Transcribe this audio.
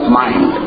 mind